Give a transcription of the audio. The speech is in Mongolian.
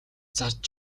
зарж